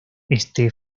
este